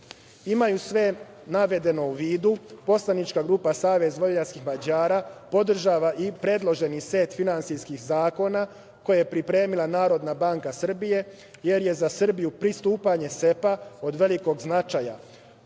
sve navedeno u vidu, poslanička grupa Savez vojvođanskih Mađara podržava i predloženi set finansijskih zakona, koje je pripremila Narodna banka Srbije, jer je za Srbiju pristupanje SEPA od velikog značaja.